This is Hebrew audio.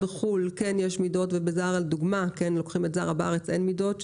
בחו"ל כן יש מידות ובזארה בארץ אין מידות,